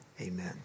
Amen